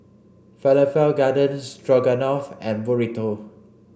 Falafel Garden Stroganoff and Burrito